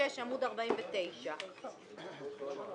אין לנו.